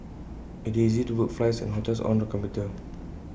IT is easy to book flights and hotels on the computer